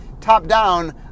Top-down